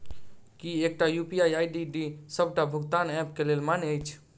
की एकटा UPI ID डी सबटा भुगतान ऐप केँ लेल मान्य अछि?